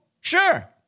Sure